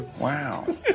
Wow